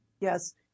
Yes